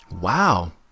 Wow